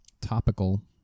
Topical